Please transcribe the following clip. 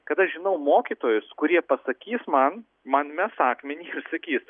kad aš žinau mokytojus kurie pasakys man man mes akmenį ir sakys